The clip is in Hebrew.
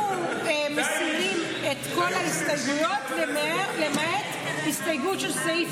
אנחנו מסירים את כל ההסתייגויות למעט ההסתייגות לסעיף